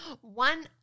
One